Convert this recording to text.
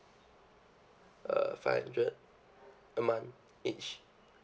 uh five hundred a month each